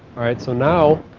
so now,